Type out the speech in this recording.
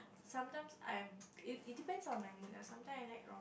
sometimes I'm it it depends on my mood ah sometimes I like